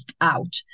out